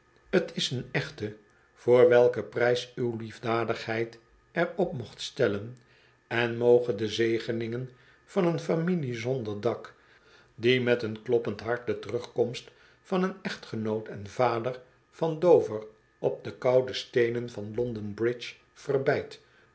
t is een echte voor welken prijs uw liefdadigheid er op mocht stellen en mogen de zegeningen van een familie zonder dak die met een kloppend hart de terugkomst van een echtgenoot en vader van dover op de koude steenen van london-bridge verbeidt